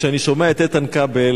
כשאני שומע את איתן כבל,